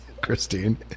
Christine